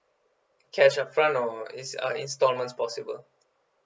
cash upfront or is uh installments possible